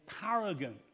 paragon